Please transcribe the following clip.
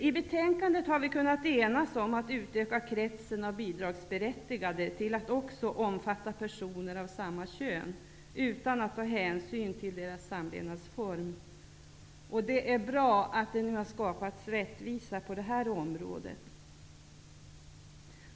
I betänkandet har vi kunnat enas om att utöka kretsen av bidragsberättigade till att också omfatta personer av samma kön, utan att ta hänsyn till deras samlevnadsform. Det är bra att det nu skapas rättvisa på detta område.